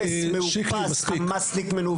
חמאסניק מנוול.